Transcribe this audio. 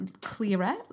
clearer